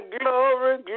glory